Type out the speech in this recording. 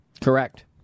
Correct